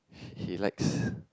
he likes